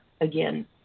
again